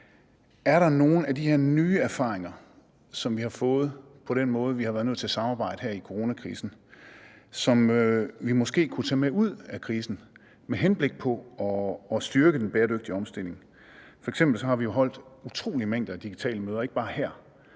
Er der nogle af de her nye erfaringer, som vi har fået i forhold til den måde, vi har været nødt til at samarbejde på her i coronakrisen, som vi måske kunne tage med ud af krisen med henblik på at styrke den bæredygtige omstilling? F.eks. har vi jo holdt utrolige mængder af digitale møder, ikke bare her,